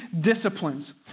disciplines